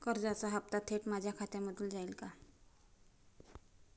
कर्जाचा हप्ता थेट माझ्या खात्यामधून जाईल का?